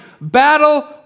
battle